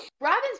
Robin's